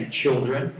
children